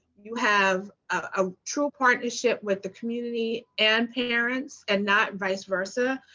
you have a true partnership with the community and parents and not vice versa,